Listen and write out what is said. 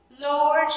Lord